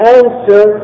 answer